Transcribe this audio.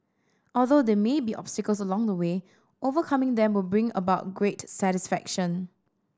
although there may be obstacles along the way overcoming them will bring about great satisfaction